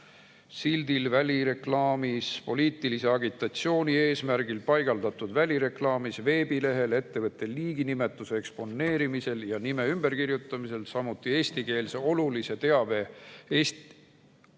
sildil, välireklaamis, poliitilise agitatsiooni eesmärgil paigaldatud välireklaamis, veebilehel, ettevõtte liiginimetuse eksponeerimisel ja nime ümberkirjutamisel, samuti eestikeelse olulise teabe eesti